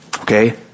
Okay